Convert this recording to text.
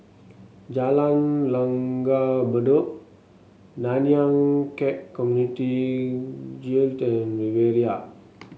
Jalan Langgar Bedok Nanyang Khek Community Guild and Riviera